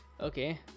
Okay